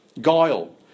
Guile